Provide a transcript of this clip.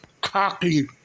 cocky